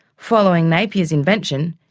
following napier's invention,